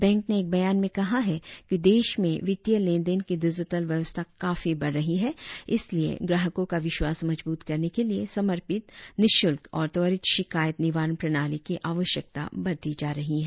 bank ने एक बयान में कहा है कि देश में वित्तीय लेनदेन की डिजिटल व्यवस्था काफी बढ़ रही है इसलिए ग्राहकों का विश्वास मजबूत करने के लिए समर्पित निशुल्क और त्वरित शिकायत निवारण प्रणाली की आवश्यकता बढ़ती जा रही है